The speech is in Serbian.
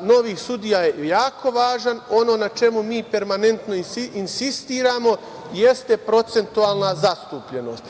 novih sudija je jako važan. Ono na čemu mi permanentno insistiramo jeste procentualna zastupljenost.